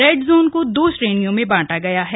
red zone को दो श्रणियों बांटा गया है